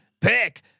Pick